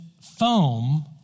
foam